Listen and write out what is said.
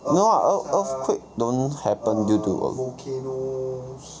no lah earth earthquake don't happen due to um